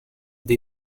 they